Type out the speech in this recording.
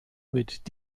mit